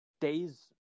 days